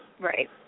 Right